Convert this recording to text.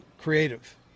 creative